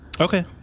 Okay